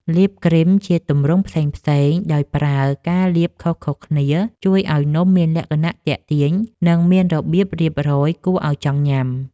លាបគ្រីមជាទម្រង់ផ្សេងៗដោយប្រើការលាបខុសៗគ្នាជួយឱ្យនំមានលក្ខណៈទាក់ទាញ និងមានរបៀបរៀបរយគួរឱ្យចង់ញ៉ាំ។